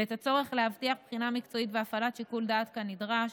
ואת הצורך להבטיח בחינה מקצועית והפעלת שיקול דעת כנדרש,